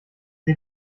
sie